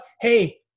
Hey